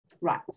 Right